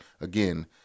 again